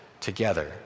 together